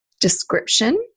description